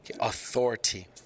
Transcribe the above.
Authority